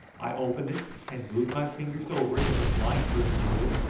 i opened it and moved my fingers over it as a blind person would,